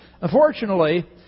unfortunately